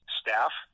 staff